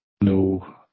No